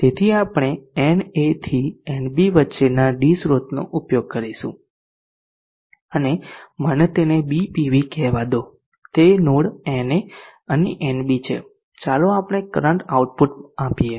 તેથી આપણે na થી nb વચ્ચેના d સ્રોતનો ઉપયોગ કરીશું અને મને તેને Bpv કહેવા દો તે નોડ na અને nb છે ચાલો આપણે કરંટ આઉટપુટ આપીએ